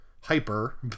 hyper